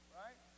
right